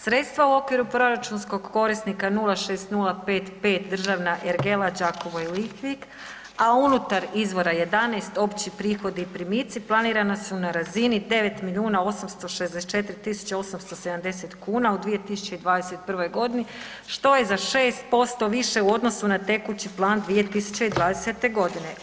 Sredstva u okviru proračunskog korisnika 06055 državna ergela Đakovo i Lipik, a unutar izvora 11 opći prihodi i primici planirana su na razini 9 milijuna 864 tisuće 870 kuna u 2021. godini što je za 6% više u odnosu na tekući plan 2020. godine.